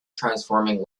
transforming